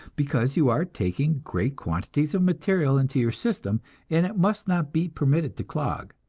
because you are taking great quantities of material into your system and it must not be permitted to clog.